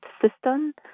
system